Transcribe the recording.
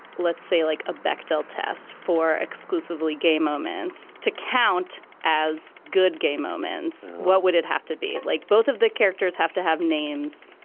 let's say, like a bechtel test for exclusively gay moments to count as good gay moments, what would it have to be like? both of the characters have to have names.